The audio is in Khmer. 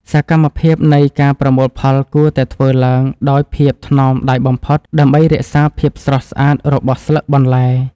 សកម្មភាពនៃការប្រមូលផលគួរតែធ្វើឡើងដោយភាពថ្នមដៃបំផុត ដើម្បីរក្សាភាពស្រស់ស្អាតរបស់ស្លឹកបន្លែ។